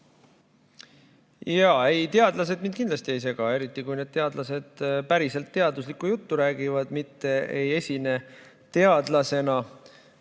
Jaa. Ei, teadlased mind kindlasti ei sega, eriti kui need teadlased päriselt teaduslikku juttu räägivad, mitte ei esine teadlasena